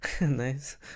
Nice